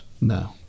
No